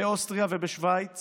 באוסטריה ובשווייץ